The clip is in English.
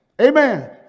Amen